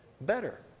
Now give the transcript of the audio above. better